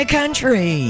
country